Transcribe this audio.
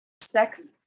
sex